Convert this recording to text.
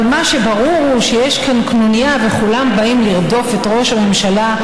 אבל מה שברור הוא שיש כאן קנוניה וכולם באים לרדוף את ראש הממשלה,